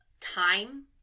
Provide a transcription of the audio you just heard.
time